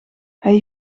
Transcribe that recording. hij